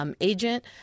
agent –